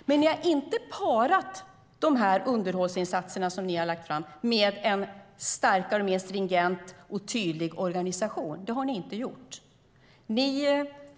Men ni har inte kombinerat de underhållssatsningar som ni har lagt fram med en starkare, mer stringent och tydligare organisation.